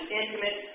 intimate